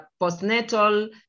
postnatal